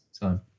time